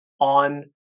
on